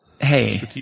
Hey